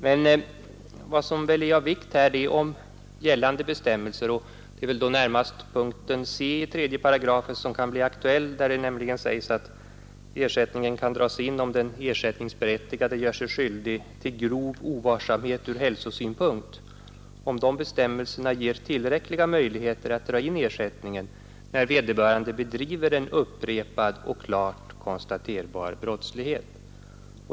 Men vad som är av vikt i sammanhanget är huruvida gällande bestämmelser — det är närmast punkten c) i 3 § som kan bli aktuell, där det sägs att ersättningen kan dras in om den ersättningsberättigade gör sig skyldig till grov ovarsamhet ur hälsosynpunkt — ger tillräckliga möjligheter att dra in ersättningen, när vederbörande bedriver upprepad och klart konstaterbar brottslighet.